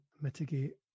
mitigate